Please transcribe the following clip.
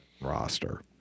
roster